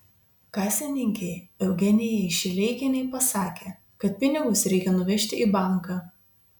kasininkei eugenijai šileikienei pasakė kad pinigus reikia nuvežti į banką